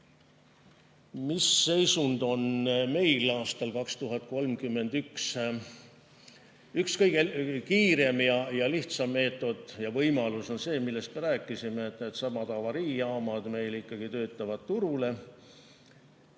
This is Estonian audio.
Mis seisund on meil aastal 2031? Üks kõige kiirem ja lihtsam meetod ja võimalus on see, millest me rääkisime: et needsamad avariijaamad meil ikkagi töötavad ja